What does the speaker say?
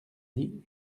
dit